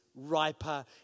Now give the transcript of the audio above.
riper